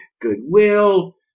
Goodwill